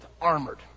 armored